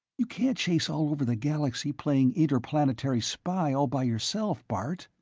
you can't chase all over the galaxy playing interplanetary spy all by yourself, bart!